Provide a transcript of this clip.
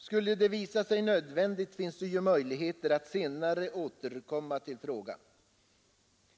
Skulle det visa sig nödvändigt, finns det möjligheter att senare återkomma till frågan.